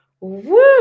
woo